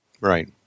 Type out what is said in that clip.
Right